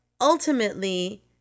ultimately